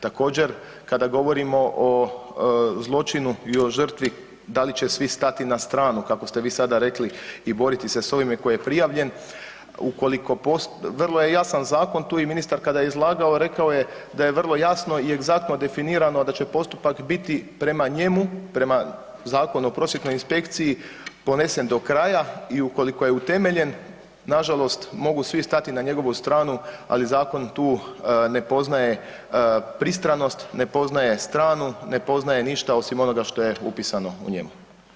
Također kada govorimo o zločinu i o žrtvi da li će svi stati na stranu kako ste vi sada rekli i boriti se sa ovime koji je prijavljen vrlo je jasan zakon tu i ministar kada je izlagao rekao je da je vrlo jasno i egzaktno definirano da će postupak biti prema njemu, prema Zakonu o prosvjetnoj inspekciji ponesen do kraja i ukoliko je utemeljen, nažalost mogu svi stati na njegovu stranu, ali zakon tu ne poznaje pristranost, ne poznaje stranu, ne poznaje ništa osim onoga što je upisano u njemu.